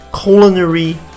culinary